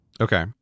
okay